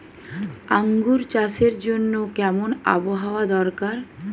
আঙ্গুর চাষের জন্য কেমন আবহাওয়া দরকার?